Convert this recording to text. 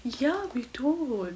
ya we don't